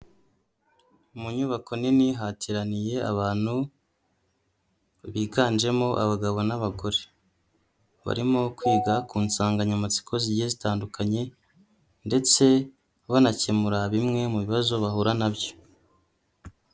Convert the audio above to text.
Mu nyubako nini hateraniye abantu biganjemo abagabo n'abagore, barimo kwiga ku nsanganyamatsiko zigiye zitandukanye, ndetse banakemura bimwe mu bibazo bahura na byo.